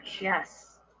yes